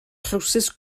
trowsus